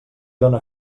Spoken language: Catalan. dóna